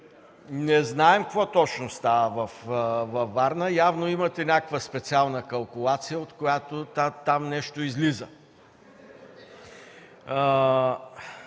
Не знаем какво точно става във Варна. Явно имате някаква специална калкулация, от която там нещо излиза.